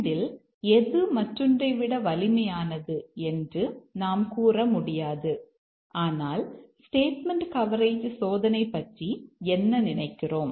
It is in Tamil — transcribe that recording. இந்த 2 இல் எது மற்றொன்றை விட வலிமையானது என்று நாம் கூற முடியாது ஆனால் ஸ்டேட்மெண்ட் கவரேஜ் சோதனை பற்றி என்ன நினைக்கிறோம்